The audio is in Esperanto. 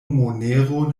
monero